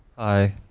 i